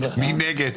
מי נגד?